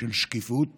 של שקיפות